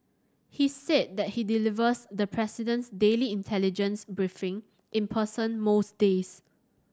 he's said that he delivers the president's daily intelligence briefing in person most days